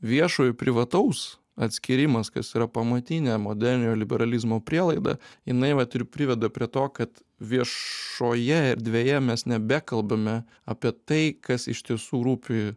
viešo ir privataus atskyrimas kas yra pamatinė moderniojo liberalizmo prielaida jinai vat ir priveda prie to kad viešoje erdvėje mes nebekalbame apie tai kas iš tiesų rūpi